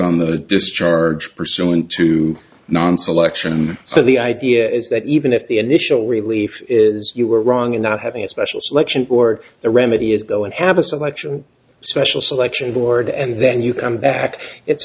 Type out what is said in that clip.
on the discharge pursuant to non selection so the idea is that even if the initial relief is you were wrong in not having a special selection or the remedy is go and have a selection special selection board and then you come back it's